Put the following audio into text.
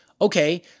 Okay